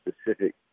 specific